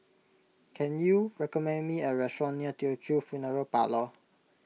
can you recommend me a restaurant near Teochew Funeral Parlour